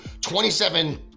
27